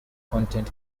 content